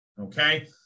okay